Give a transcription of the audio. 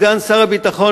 סגן שר הביטחון,